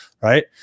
right